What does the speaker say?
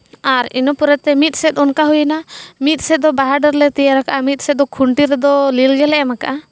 ᱟᱨ ᱤᱱᱟᱹ ᱯᱚᱨᱮᱛᱮ ᱢᱤᱫ ᱥᱮᱫ ᱚᱱᱠᱟ ᱦᱩᱭᱱᱟ ᱢᱤᱫ ᱥᱮᱫ ᱫᱚ ᱵᱟᱦᱟ ᱰᱟᱹᱨ ᱞᱮ ᱛᱮᱭᱟᱨ ᱠᱟᱜᱼᱟ ᱢᱤᱫ ᱥᱮᱫ ᱫᱚ ᱠᱷᱩᱱᱴᱤ ᱨᱮᱫᱚ ᱞᱤᱞ ᱜᱮᱞᱮ ᱮᱢ ᱠᱟᱜᱼᱟ